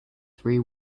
three